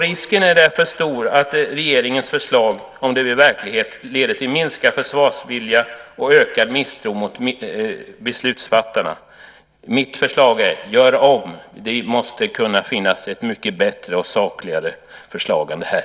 Risken är därför stor att regeringens förslag, om det blir verklighet, leder till minskad försvarsvilja och ökad misstro mot beslutsfattarna. Mitt förslag är: Gör om! Det måste kunna finnas ett mycket bättre och sakligare förslag än det här.